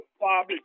Bob